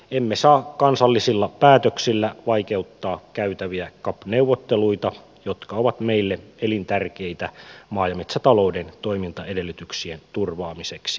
emme saa kansallisilla päätöksillä vaikeuttaa käytäviä cap neuvotteluita jotka ovat meille elintärkeitä maa ja metsätalouden toimintaedellytyksien turvaamiseksi suomessa